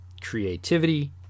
creativity